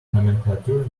nomenclature